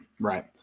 right